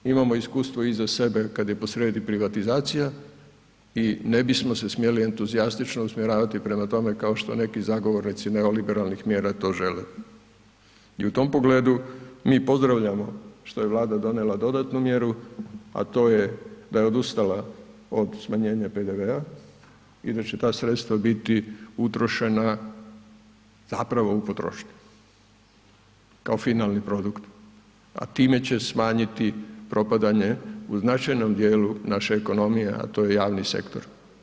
Imamo iskustvo iza sebe kad je posrijedi privatizacija i ne bismo se smjeli entuzijastično usmjeravati prema tome kao što neki zagovornici neoliberalnih mjera to žele i u tom pogledu mi pozdravljamo što je Vlada donijela dodatnu mjeru, a to je da je odustala od smanjenja PDV-a i da će ta sredstva utrošena zapravo u potrošnju kao finalni produkt, a time će smanjiti propadanje u značajnom dijelu naše ekonomije, a to je javni sektor.